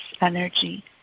energy